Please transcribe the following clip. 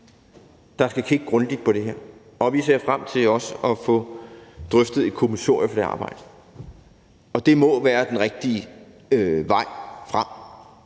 der skal kigge grundigt på det her. Vi ser også frem til at få drøftet et kommissorie for det arbejde. Det må være den rigtige vej frem